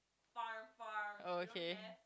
okay